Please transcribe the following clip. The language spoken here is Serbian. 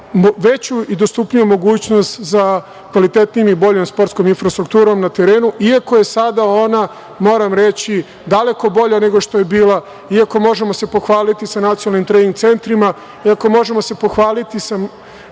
veću i dostupniju mogućnost za kvalitetnijom i boljom infrastrukturom na terenu, iako je sada ona, moram reći, daleko bolja nego što je bila, iako se možemo pohvaliti sa nacionalnim trening centrima, iako se možemo pohvaliti sa